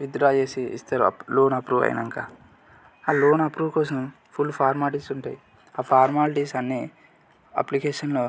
with draw చేసి ఇస్తారు అప్రూ లోన్ అప్రూవ్ అయినాక ఆ లోన్ అప్రూవ్ కోసం ఫుల్ ఫార్మాలిటీసు ఉంటాయి ఆ ఫార్మలటీస్ అన్నీ అప్లికేషన్లో